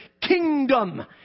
kingdom